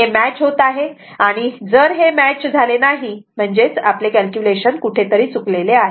हे मॅच होत आहे आणि जर हे मॅच झाले नाही म्हणजेच आपले कॅल्क्युलेशन कुठेतरी चूकलेले आहेत